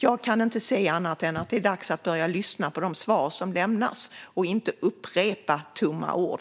Jag kan inte säga annat än att det är dags att börja lyssna på de svar som lämnas och inte upprepa tomma ord.